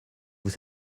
vous